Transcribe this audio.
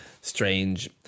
strange